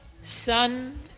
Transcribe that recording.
son